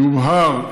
יובהר,